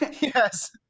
yes